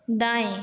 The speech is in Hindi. दाएं